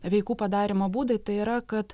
veikų padarymo būdai tai yra kad